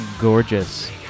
Gorgeous